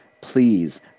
Please